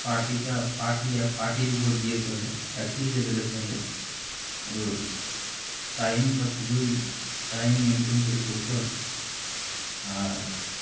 পাটিটা পাটি পাটির উপর দিয়ে চলে একই লেভেলে চলে ওর টাইমটা খুবই টাইম নিয়ন্ত্রণ করে চলতে হয় আর